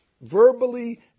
verbally